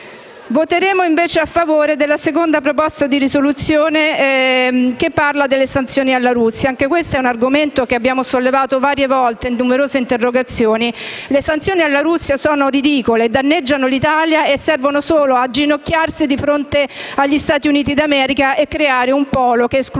Voteremo invece a favore della proposta di risoluzione n. 2, che parla delle sanzioni alla Russia. Anche questo è un argomento che abbiamo sollevato varie volte in numerose interrogazioni. Le sanzioni alla Russia sono ridicole, danneggiano l'Italia, servono solo a inginocchiarsi di fronte agli Stati Uniti d'America e a creare un polo che escluda la Russia.